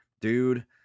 Dude